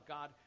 God